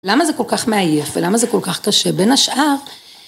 למה זה כל כך מעייף? ולמה זה כל כך קשה? בין השאר...